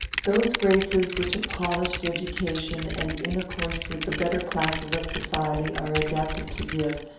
those graces which a polished education, and intercourse with the better classes of society, are adapted to give,